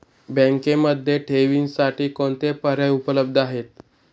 बँकेमध्ये ठेवींसाठी कोणते पर्याय उपलब्ध आहेत?